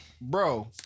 Bro